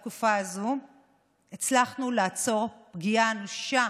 דווקא בתקופה הזאת הצלחנו לעצור פגיעה אנושה